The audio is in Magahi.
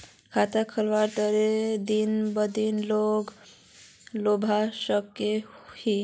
खाता खोलवार कते दिन बाद लोन लुबा सकोहो ही?